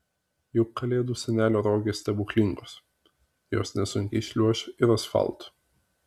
juk kalėdų senelio rogės stebuklingos jos nesunkiai šliuoš ir asfaltu